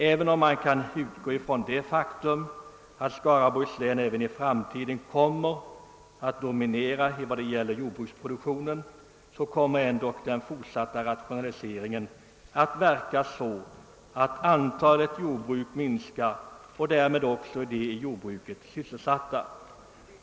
Även om man kan utgå från det faktum att Skaraborgs län även i framtiden kommer att dominera vad det gäller jordbruksproduktionen, så kommer ändå den fortsatta rationaliseringen att verka så att antalet jordbruk minskar och därmed också de i jordbruket sysselsatta.